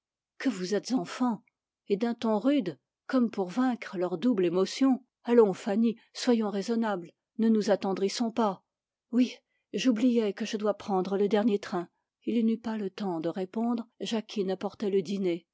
que vous êtes enfant et d'un ton rude comme pour vaincre leur double émotion allons fanny soyons raisonnables ne nous attendrissons pas oui j'oubliais que je dois prendre le dernier train il n'eut pas le temps de répondre jacquine apportait le dîner